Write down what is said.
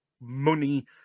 money